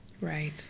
right